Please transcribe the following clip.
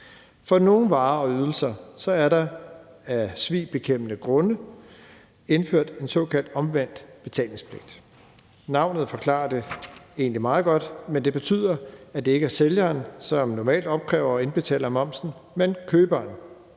For nogle varer og ydelser er der af svigbekæmpende grunde indført en såkaldt omvendt betalingspligt. Navnet forklarer det egentlig meget godt, men det betyder, at det ikke er sælgeren som normalt, men køberen,